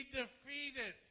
defeated